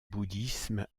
bouddhisme